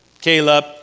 Caleb